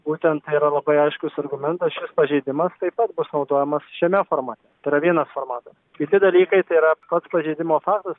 būtent tai yra labai aiškus argumentas šis pažeidimas taip pat bus naudojamas šiame formate tai yra vienas formatas kiti dalykai tai yra pats pažeidimo faktas